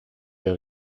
der